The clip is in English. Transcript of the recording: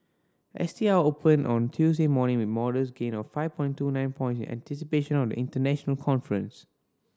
S T I opened on Tuesday morning with modest gain of five point two nine points in anticipation of the international conference